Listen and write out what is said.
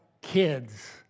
kids